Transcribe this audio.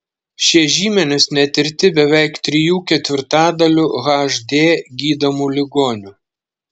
šie žymenys netirti beveik trijų ketvirtadalių hd gydomų ligonių